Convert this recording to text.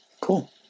Cool